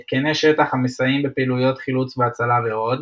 התקני שטח המסייעים בפעילויות חילוץ והצלה ועוד.